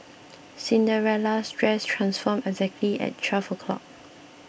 Cinderella's dress transformed exactly at twelve O' clock